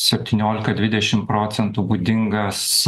septyniolika dvidešim procentų būdingas